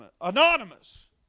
Anonymous